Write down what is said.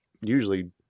usually